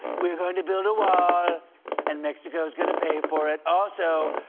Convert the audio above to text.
we are going to build a wall ah and mexico's going to pay for it. also,